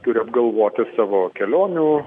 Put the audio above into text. turi apgalvoti savo kelionių